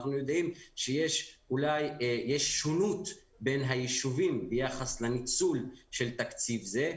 אנחנו יודעים שיש שונות בין היישובים ביחס לניצול של תקציב זה,